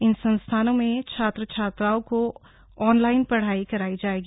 इन संस्थानों में छात्र छात्राओं को ऑनलाइन पढ़ाई कराई जायेगी